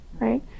right